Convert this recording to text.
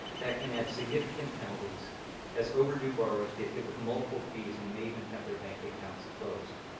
that can add significant penalties as overdue borrowers get hit with multiple fees and may even have their bank accounts closed.